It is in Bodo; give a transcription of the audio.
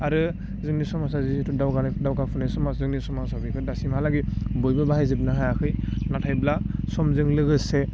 आरो जोंनि समाजाव जिहेतु दावगानाय दावगाफुनाय समाज जोंनि समाजाव बेफोर दासिमहालागै बयबो बाहायजोबनो हायाखै नाथायब्ला समजों लोगोसे